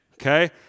Okay